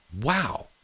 Wow